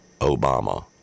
Obama